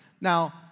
Now